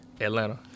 Atlanta